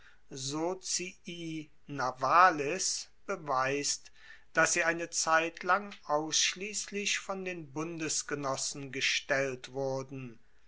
beweist dass sie eine zeitlang ausschliesslich von den bundesgenossen gestellt wurden